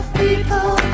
people